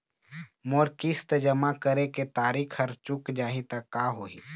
मोर किस्त जमा करे के तारीक हर चूक जाही ता का होही?